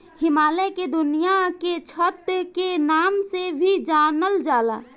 हिमालय के दुनिया के छत के नाम से भी जानल जाला